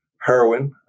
Heroin